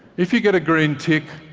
if you get a green tick,